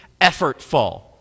effortful